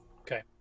Okay